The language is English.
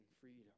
freedom